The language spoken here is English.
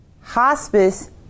hospice